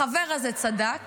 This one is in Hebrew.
החבר הזה צדק,